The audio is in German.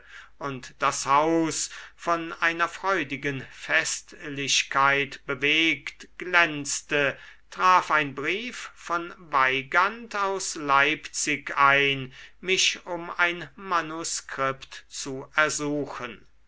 und das haus von einer freudigen festlichkeit bewegt glänzte traf ein brief von weygand aus leipzig ein mich um ein manuskript zu ersuchen